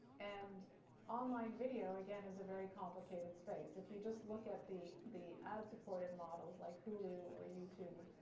and online video, again, is a very complicated space. if you just look at the the ad supported models like hulu or youtube,